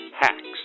Hacks